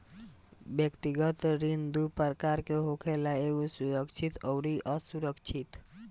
व्यक्तिगत ऋण दू प्रकार के होखेला एगो सुरक्षित अउरी असुरक्षित